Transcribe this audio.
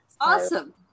Awesome